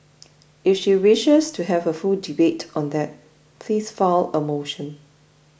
if she wishes to have a full debate on that please file a motion